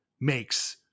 makes